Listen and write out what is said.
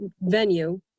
venue